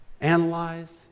analyze